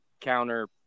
counter